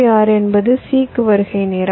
6 என்பது c க்கு வருகை நேரம்